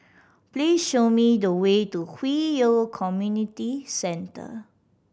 please show me the way to Hwi Yoh Community Centre